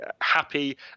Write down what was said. happy